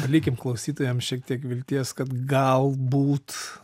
palikim klausytojam šiek tiek vilties kad galbūt